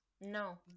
No